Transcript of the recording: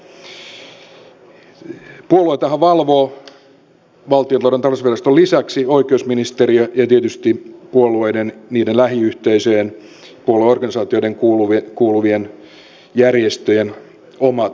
puolueitahan valvoo valtiontalouden tarkastusviraston lisäksi oikeusministeriö ja tietysti puolueiden niiden lähiyhteisöjen ja puolueorganisaatioihin kuuluvien järjestöjen omat tilintarkastajat